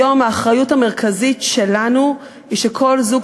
היום האחריות המרכזית שלנו היא שכל זוג